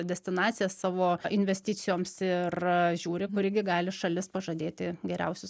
destinacijas savo investicijoms ir žiūri kuri gi gali šalis pažadėti geriausius